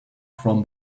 from